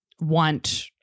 want